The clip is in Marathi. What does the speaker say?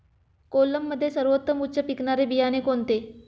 कोलममध्ये सर्वोत्तम उच्च पिकणारे बियाणे कोणते?